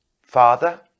father